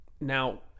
Now